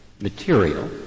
material